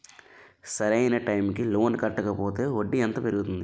సరి అయినా టైం కి లోన్ కట్టకపోతే వడ్డీ ఎంత పెరుగుతుంది?